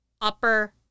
upper